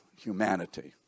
humanity